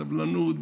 בסבלנות,